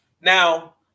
Now